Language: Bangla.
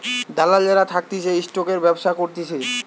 দালাল যারা থাকতিছে স্টকের ব্যবসা করতিছে